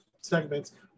segments